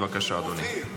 בבקשה, אדוני.